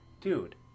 Dude